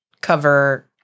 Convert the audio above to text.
cover